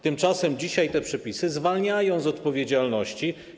Tymczasem dzisiaj te przepisy zwalniają z odpowiedzialności.